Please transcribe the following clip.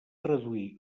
traduir